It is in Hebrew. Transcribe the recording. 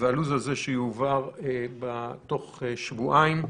ושהלו"ז הזה יועבר תוך שבועיים.